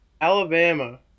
Alabama